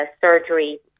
surgery